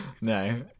No